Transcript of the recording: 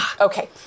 okay